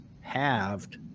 halved